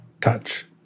touch